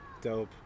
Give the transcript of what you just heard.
Dope